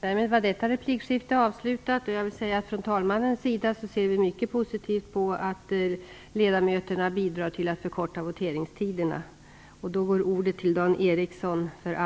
Å talmännens vägnar vill jag säga att vi ser mycket positivt på att ledamöterna bidrar till att förkorta voteringstiderna.